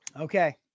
Okay